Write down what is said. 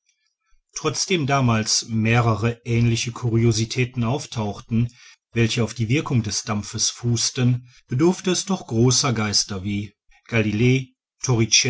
trotzdem damals mehrere ähnliche curiositäten auftauchten welche auf die wirkung des dampfes fußten bedurfte es doch großer geister wie galilei